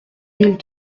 mille